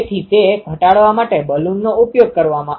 તેથી આનો અર્થ એ છે કે આ ખૂણાનુ cos એ બંને વચ્ચેનો પાથ તફાવત હશે